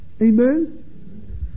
Amen